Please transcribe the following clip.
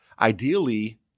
Ideally